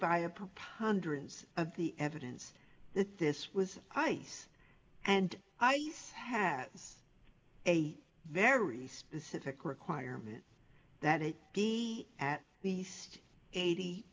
by a preponderance of the evidence that this was ice and i use has a very specific requirement that it be at least eighty